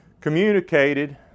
communicated